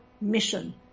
mission